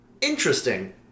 Interesting